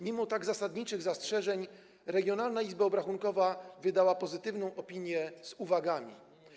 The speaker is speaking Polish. Mimo tak zasadniczych zastrzeżeń regionalna izba obrachunkowa wydała pozytywną opinię z uwagami.